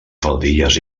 faldilles